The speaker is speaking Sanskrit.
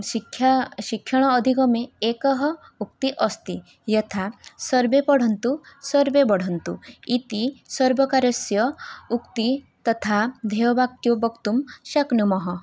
शिक्षा शिक्षण अधिगमे एका उक्तिः अस्ति यथा सर्वे पठन्तु सर्वे वढन्तु इति सर्वकारस्य उक्तिः तथा ध्येयवाक्यं वक्तुं शक्नुमः